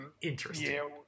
Interesting